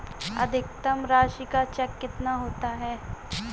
अधिकतम राशि का चेक कितना होता है?